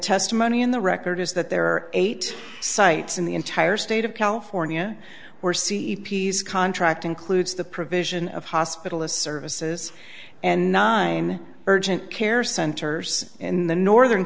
testimony in the record is that there are eight sites in the entire state of california where c e p a s contract includes the provision of hospital a services and nine urgent care centers in the northern